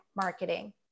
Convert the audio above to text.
marketing